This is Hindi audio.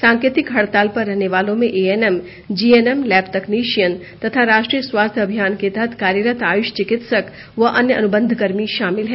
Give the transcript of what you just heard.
सांकेतिक हड़ताल पर रहनेवालों में एएनएम जीएनएम लैब तकनीशियन तथा राष्ट्रीय स्वास्थ्य अभियान के तहत कार्यरत आयुष चिकित्सक व अन्य अनुबंधकर्मी शामिल हैं